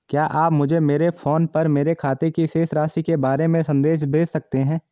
क्या आप मुझे मेरे फ़ोन पर मेरे खाते की शेष राशि के बारे में संदेश भेज सकते हैं?